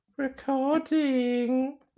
recording